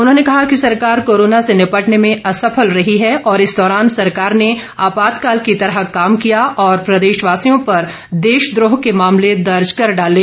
उन्होंने कहा कि सरकार कोरोना से निपटने में असफल रही है और इस दौरान सरकार ने आपातकाल की तरह काम किया और प्रदेशवासियों पर देशद्रोह के मामले दर्ज कर डाले